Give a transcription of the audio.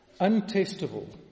Untestable